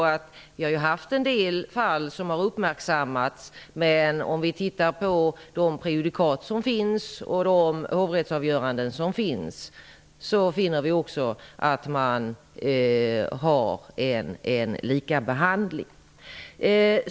Vi har ju haft en del fall som uppmärksamrnats. Om vi tittar på de prejudikat och hovrättsavgöranden som finns finner vi att man har en lika behandling.